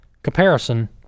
Comparison